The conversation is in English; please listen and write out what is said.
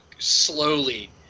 Slowly